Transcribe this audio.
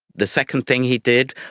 the second thing he did,